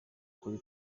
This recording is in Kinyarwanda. kuri